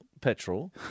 petrol